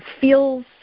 feels